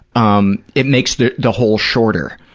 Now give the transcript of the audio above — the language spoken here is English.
um it makes the the hole shorter,